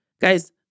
Guys